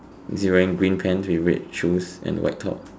is he wearing green pants with red shoes and white top